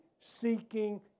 seeking